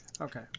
Okay